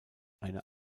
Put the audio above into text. eine